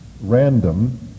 random